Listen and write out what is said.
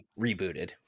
rebooted